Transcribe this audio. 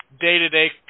day-to-day